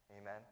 amen